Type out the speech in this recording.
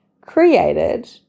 created